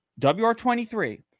WR23